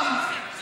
למה?